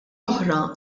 oħra